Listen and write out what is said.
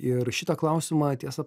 ir šitą klausimą tiesą